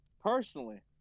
personally